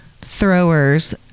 throwers